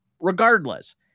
Regardless